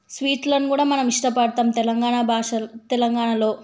స్వీట్లను కూడా మనం ఇష్టపడతాం తెలంగాణ భాషలో తెలంగాణలో